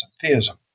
Theism